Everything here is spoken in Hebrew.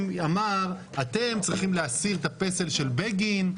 אמר: אתם צריכים להסיר את הפסל של בגין.